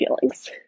feelings